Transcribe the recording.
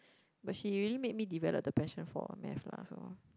but she really make me develop the passion for Math lah so